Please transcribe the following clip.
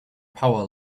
power